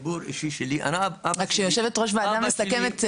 הסיפור האישי שלי --- כשיושבת-ראש ועדה מסכמת,